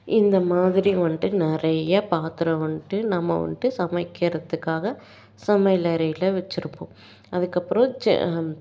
இந்த மாதிரி வந்துட்டு நிறைய பாத்திரம் வந்துட்டு நம்ம வந்துட்டு சமைக்கிறதுக்காக சமையல் அறையில் வெச்சுருப்போம் அதுக்கப்புறம் சே